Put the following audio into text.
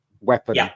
weapon